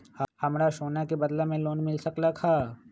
हमरा सोना के बदला में लोन मिल सकलक ह?